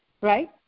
right